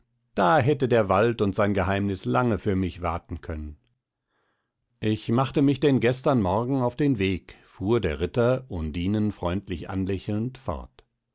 da hätte der wald und sein geheimnis lange für mich warten können ich machte mich denn gestern morgen auf den weg fuhr der ritter undinen freundlich anlächelnd fort